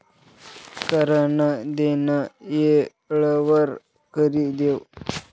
कर नं देनं येळवर करि देवं